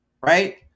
right